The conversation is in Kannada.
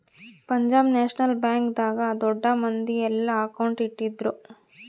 ಪಂಜಾಬ್ ನ್ಯಾಷನಲ್ ಬ್ಯಾಂಕ್ ದಾಗ ದೊಡ್ಡ ಮಂದಿ ಯೆಲ್ಲ ಅಕೌಂಟ್ ಇಟ್ಟಿದ್ರು